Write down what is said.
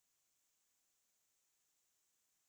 got taxi lah 可是要等一下啦